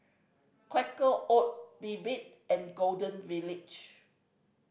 Quaker Oat Bebe and Golden Village